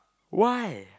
why